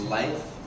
life